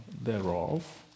thereof